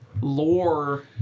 lore